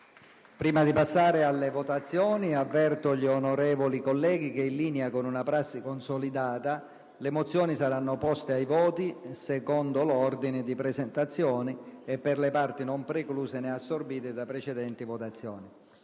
Prima di passare alla votazione delle mozioni, avverto gli onorevoli colleghi che, in linea con una prassi consolidata, le mozioni saranno poste ai voti secondo l'ordine di presentazione e per le parti non precluse né assorbite da precedenti votazioni.